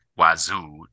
Wazoo